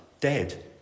dead